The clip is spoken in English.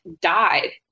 died